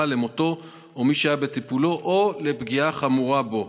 למותו של מי שהיה בטיפולו או לפגיעה חמורה בו,